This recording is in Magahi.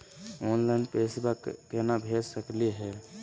ऑनलाइन पैसवा केना भेज सकली हे?